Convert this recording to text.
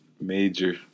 Major